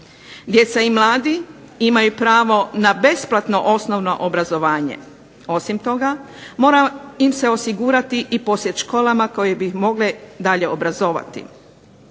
Djeca i mladi imaju pravo na besplatno osnovno obrazovanje, osim toga mora im se osigurati i posjet školama koje bi ih mogle dalje obrazovati.